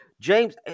James